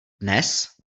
dnes